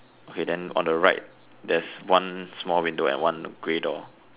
okay then on the right there's one small window and one grey door